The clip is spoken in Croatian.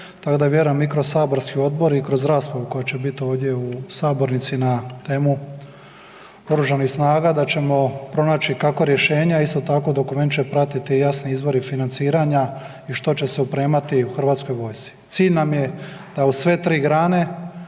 tako da vjerujem mi kroz saborski odbor i kroz raspravu koja će bit ovdje u sabornici na temu oružanih snaga da ćemo pronaći kako rješenja, isto tako dokument će pratit i jasni izvori financiranja i što će se opremati u HV-u. Cilj nam je da u sve 3 grane